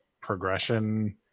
progression